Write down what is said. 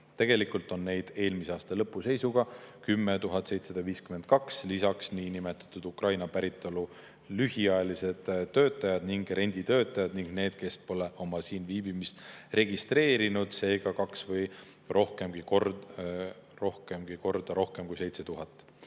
Tegelikult on neid eelmise aasta lõpu seisuga 10 752, lisaks niinimetatud Ukraina päritolu lühiajalised töötajad ning renditöötajad ning need, kes pole oma siinviibimist registreerinud, seega kaks või rohkemgi korda rohkem kui 7000.